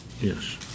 Yes